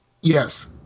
Yes